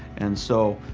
and so,